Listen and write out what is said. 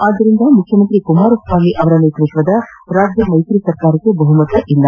ಆದ್ದರಿಂದ ಮುಖ್ಯಮಂತ್ರಿ ಕುಮಾರಸ್ವಾಮಿ ಅವರ ನೇತೃತ್ವದ ರಾಜ್ಯ ಮೈತ್ರಿ ಸರ್ಕಾರಕ್ಕೆ ಬಹುಮತವಿಲ್ಲ